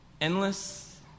Endless